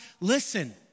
listen